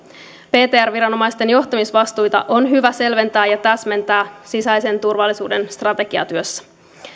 ptr viranomaisten johtamisvastuita on hyvä selventää ja täsmentää sisäisen turvallisuuden strategiatyössä